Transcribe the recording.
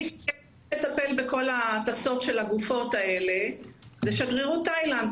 מי שמטפל בכל ההטסות של הגופות האלה זאת שגרירות תאילנד.